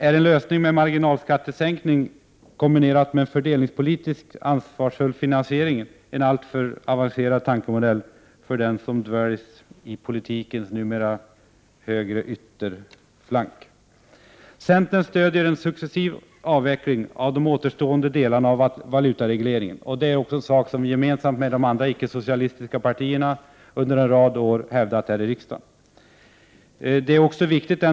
Är en lösning med marginalskattesänkning kombinerat med en fördelningspolitiskt ansvarsfull finansiering en alltför avancerad tankemodell för dem som numera dväljs på politikens högra ytterflank? Centern stöder en successiv avveckling av de återstående delarna av valutaregleringen. Det är en sak som vi gemensamt med de andra ickesocialistiska partierna har hävdat här i riksdagen under en rad år.